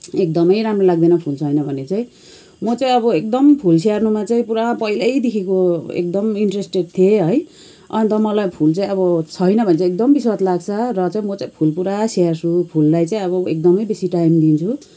एकदमै राम्रो लाग्दैन फुल छैन भने चाहिँ म चाहिँ अब एकदम फुल स्याहार्नुमा चाहिँ पुरा पहिल्यैदेखिको एकदम इन्ट्रेस्टेड थिएँ है अन्त मलाई फुल चाहिँ अब छैन भने चाहिँ एकदम विस्मात लाग्छ र चाहिँ म चाहिँ फुल पुरा स्याहार्छु फुललाई चाहिँ अब एकदमै बेसी टाइम दिन्छु